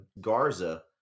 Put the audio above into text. Garza